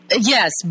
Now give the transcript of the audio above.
Yes